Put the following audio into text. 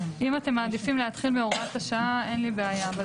אם אתם מעדיפים להתחיל מהוראת השעה, אין לי בעיה.